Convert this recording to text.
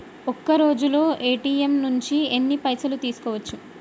ఒక్కరోజులో ఏ.టి.ఎమ్ నుంచి ఎన్ని పైసలు తీసుకోవచ్చు?